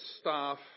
staff